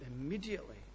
immediately